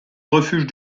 refuge